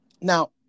now